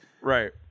right